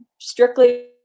strictly